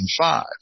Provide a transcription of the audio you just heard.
five